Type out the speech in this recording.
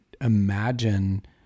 imagine